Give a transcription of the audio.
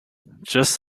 just